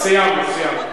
סיימנו, סיימנו.